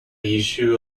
issue